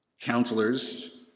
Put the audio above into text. counselors